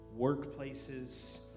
workplaces